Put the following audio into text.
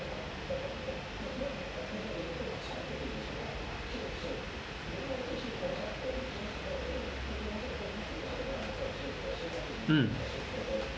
um